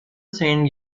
saint